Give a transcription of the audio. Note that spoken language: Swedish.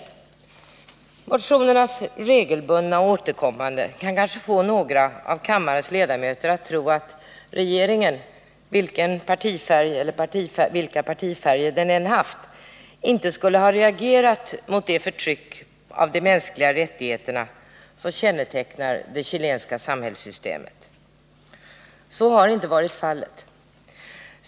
Motionernas regelbundna återkommande kan kanske få några av kammarens ledamöter att tro att regeringen, vilken eller vilka partifärger den än haft, inte skulle ha reagerat mot det förtryck av de mänskliga rättigheterna som kännetecknar det chilenska samhällssystemet. Så har inte varit fallet.